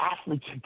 athletes